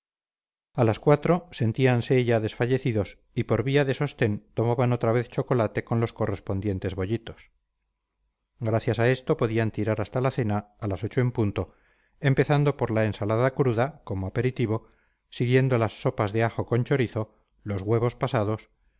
a las cuatro sentíanse ya desfallecidos y por vía de sostén tomaban otra vez chocolate con los correspondientes bollitos gracias a esto podían tirar hasta la cena a las ocho en punto empezando por la ensalada cruda como aperitivo siguiendo las sopas de ajo con chorizo los huevos pasados